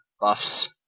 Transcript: buffs